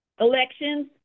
Elections